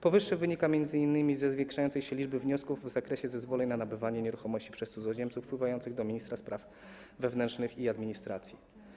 Powyższe wynika m.in. ze zwiększającej się liczby wniosków w zakresie zezwoleń na nabywanie nieruchomości przez cudzoziemców wpływających do ministra spraw wewnętrznych i administracji.